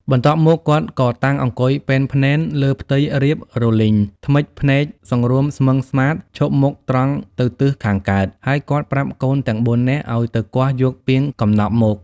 បន្ទាប់មក គាត់ក៏តាំងអង្គុយពែនភ្នែនលើផ្ទៃដីរាបរលីង ធ្មេចភ្នែកសង្រួមស្មឹងស្មាធិ៍ ឈមមុខត្រង់ទៅទិសខាងកើត ហើយគាត់ប្រាប់កូនទាំង៤នាក់ឱ្យទៅគាស់យកពាងកំណប់មក។